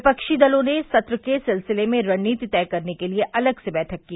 विपक्षी दलों ने सत्र के सिलसिले में रणनीति तय करने के लिए अलग से बैठक की